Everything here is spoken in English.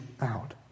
out